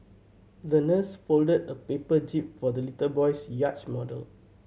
the nurse folded a paper jib for the little boy's yacht model